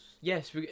Yes